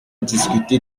discuté